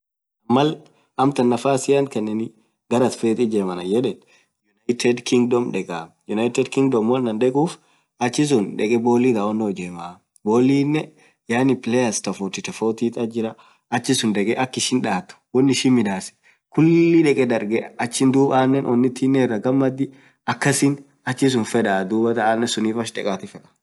maal nafasii ant kanenni garrat feet ijeem annan yedeen United kigdom dekaa, united kingdom woanani dekuuf achisun bolli deke dawii ijemaa bolinen players tofautit jiraa. anen akasin onitiin irra an gamadii akasin achisun dekatii fedda.